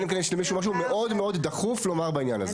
אלא אם כן יש למישהו משהו מאוד דחוף לומר בעניין הזה.